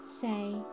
say